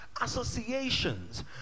associations